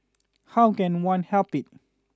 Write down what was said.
how can one help it